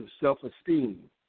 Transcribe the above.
self-esteem